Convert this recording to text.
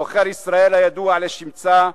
עוכר ישראל הידוע לשמצה,